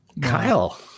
Kyle